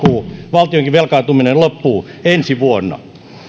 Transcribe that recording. valtionkin velkaantuminen loppuu ensi vuonna